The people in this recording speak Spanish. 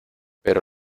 pero